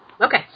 Okay